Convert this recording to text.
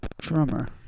drummer